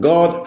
God